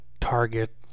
target